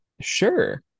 Sure